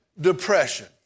Depression